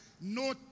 no